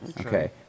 Okay